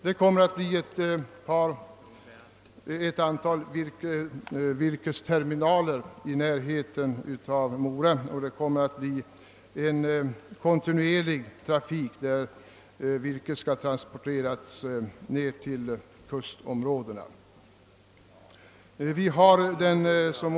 Det kommer att finnas ett antal virkesterminaler i närheten av Mora från vilka en kontinuerlig trafik med virkestransporter kommer att äga rum till avnämarna, såsom sågverk och pappersbruk inom och utom länet.